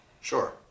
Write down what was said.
Sure